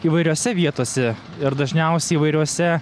įvairiose vietose ir dažniausiai įvairiuose